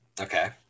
Okay